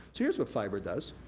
so, here's what fiber does.